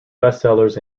bestsellers